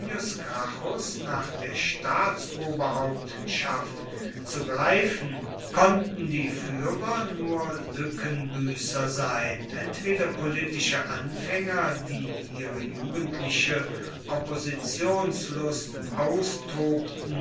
nach der staatsoberhauptschaft zu greifen konnten die führer nur lückenbüßer sein entweder politische anfänger die ihre jugendliche oppositionslust austobten